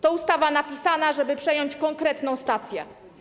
To ustawa napisana, żeby przejąć konkretną stację.